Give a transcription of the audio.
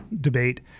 debate